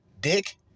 dick